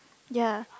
ya